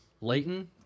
Leighton